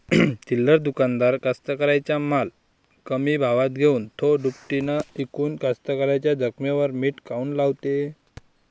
चिल्लर दुकानदार कास्तकाराइच्या माल कमी भावात घेऊन थो दुपटीनं इकून कास्तकाराइच्या जखमेवर मीठ काऊन लावते?